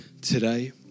today